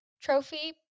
trophy